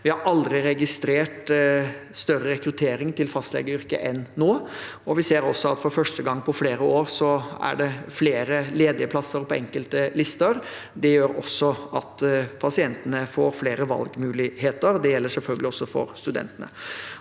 Vi har aldri registrert større rekruttering til fastlegeyrket enn nå. Vi ser også at det for første gang på flere år er flere ledige plasser på enkelte lister. Det gjør at pasientene får flere valgmuligheter. Det gjelder selvfølgelig også for studentene.